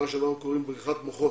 לארץ, מה שאנחנו קוראים בריחת מוחות.